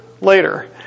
later